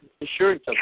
insurance